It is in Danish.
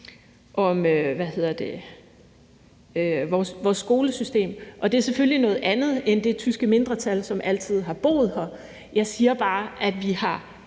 om vores skolesystem. Det er selvfølgelig noget andet end det tyske mindretal, som altid har boet her. Jeg siger bare, at vi har